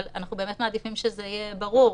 אבל אנחנו באמת מעדיפים שזה יהיה ברור.